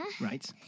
Right